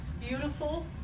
beautiful